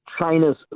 China's